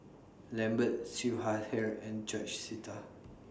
Lambert Siew Shaw Her and George Sita